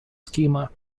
schema